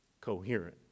coherent